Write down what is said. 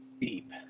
Deep